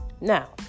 now